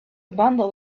bundle